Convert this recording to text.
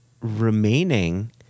remaining